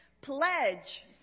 pledge